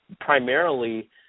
primarily